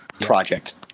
project